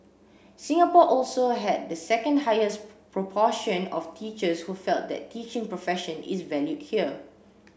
Singapore also had the second highest proportion of teachers who felt that the teaching profession is valued here